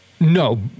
no